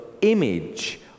image